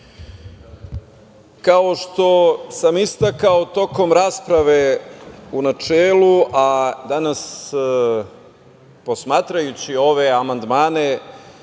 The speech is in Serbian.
kao što sam istakao tokom rasprave u načelu, a danas posmatrajući ove amandmane,